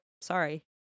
sorry